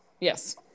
Yes